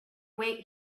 wait